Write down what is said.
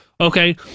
Okay